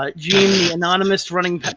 like gene the anonymous running,